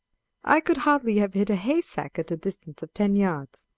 i could hardly have hit a haystack at a distance of ten yards.